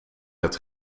het